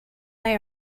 they